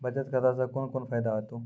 बचत खाता सऽ कून कून फायदा हेतु?